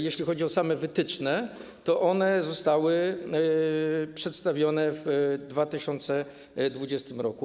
Jeśli chodzi o same wytyczne, to one zostały przedstawione w 2020 r.